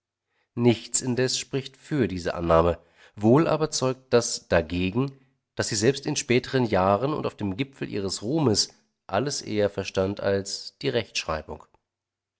nichts indes spricht für diese annahme wohl aber zeugt das dagegen daß sie selbst in späteren jahren und auf dem gipfel ihres ruhmes alles eher verstand als die rechtschreibung